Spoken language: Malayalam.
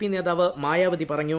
പി നേതാവ് മായാവതി പറഞ്ഞു